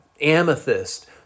amethyst